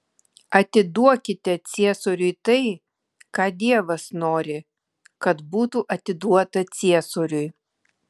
atiduokite ciesoriui tai ką dievas nori kad būtų atiduota ciesoriui